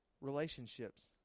relationships